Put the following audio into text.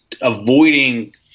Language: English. avoiding